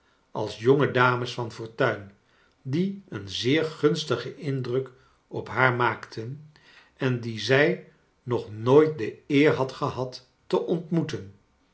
als jonge dames van fortuin die een zeer gunstigen indruk op haar maakten en die zij nog nooit de eer had gehad te ontmoeten